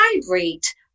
vibrate